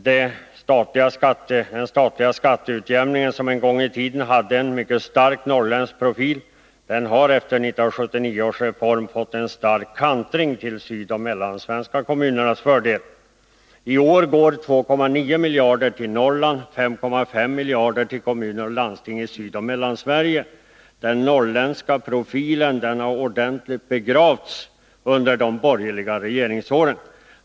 Den statliga skatteutjämning som en gång i tiden hade en mycket stark norrländsk profil har efter 1979 års reform fått en stark kantring till de sydoch mellansvenska kommunernas fördel. I år går 2,9 miljarder kronor till Norrland och 5,5 miljarder kronor till kommuner och landsting i Sydoch Mellansverige. Den norrländska profilen har ordentligt begravts under de borgerliga regeringsåren.